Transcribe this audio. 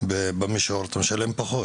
במישור החוף משלם פחות,